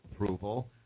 approval